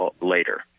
later